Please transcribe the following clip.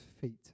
feet